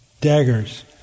daggers